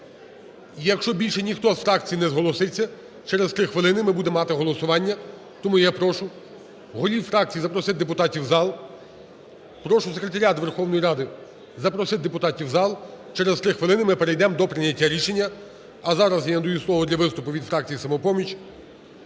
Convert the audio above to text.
Якщо більше ніхто з фракцій не зголоситься, через три хвилини ми будемо мати голосування. Тому я прошу голів фракцій запросити депутатів в зал, прошу секретаріат Верховної Ради запросити депутатів в зал, через три хвилини ми перейдемо до прийняття рішення. А зараз я надаю слово для виступу від фракції "Самопоміч"